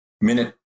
minute